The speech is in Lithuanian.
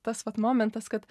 tas vat momentas kad